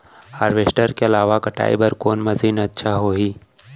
Harvester के अलावा कटाई बर कोन मशीन अच्छा होही?